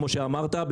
כמו שאמרת,